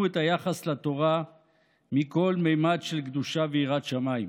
את היחס לתורה מכל ממד של קדושה ויראת שמיים.